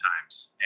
times